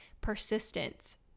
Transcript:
persistence